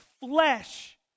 flesh